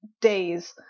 days